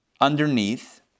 underneath